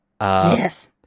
Yes